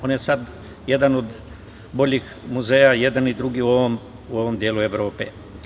On je sad jedan od boljih muzeja, jedan i drugi, u ovom delu Evrope.